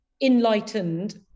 enlightened